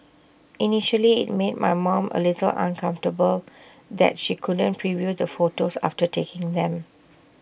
initially IT made my mom A little uncomfortable that she couldn't preview the photos after taking them